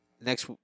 next